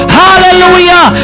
hallelujah